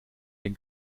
den